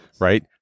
right